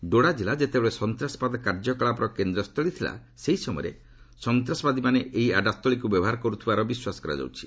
ଡୋଡା ଜିଲ୍ଲା ଯେତେବେଳେ ସନ୍ତାସବାଦ କାର୍ଯ୍ୟକଳାପର କେନ୍ଦ୍ର ସ୍ଥଳୀ ଥିଲା ସେହି ସମୟରେ ସନ୍ତାସବାଦୀମାନେ ଏହି ଆଡ୍ରା ସ୍ଥଳୀକୁ ବ୍ୟବହାର କରିଥିବାର ବିଶ୍ୱାସ କରାଯାଉଛି